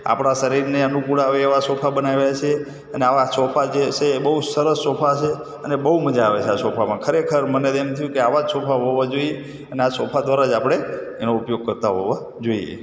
આપણાં શરીરને અનુકૂળ આવે એવા સોફા બનાવ્યા છે અને આવા સોફા છે અને બહુ સરસ સોફા છે અને બહુ મજા આવે છે આ સોફામાં ખરેખર મને એમ થયું કે આવા જ સોફા હોવા જોઈએ અને આ સોફા દ્વારા જ આપણે એનો ઉપયોગ કરતા હોઈએ